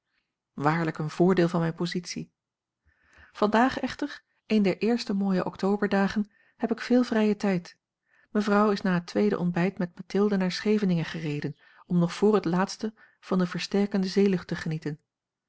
waarlijk een voordeel van mijne positie vandaag echter een der eerste mooie octoberdagen heb ik veel vrijen tijd mevrouw is na het tweede ontbijt met mathilde naar scheveningen gereden om nog voor het laatst van de versterkende zeelucht te genieten